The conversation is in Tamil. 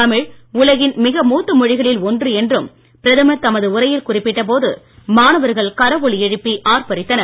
தமிழ் உலகின் மிக மூத்த மொழிகளில் ஒன்று என்றும் பிரதமர் தமது உரையில் குறிப்பிட்ட போது மாணவர்கள் கரவொலி எழுப்பி ஆர்ப்பாித்தனர்